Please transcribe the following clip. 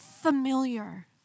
familiar